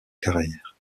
carrière